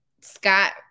Scott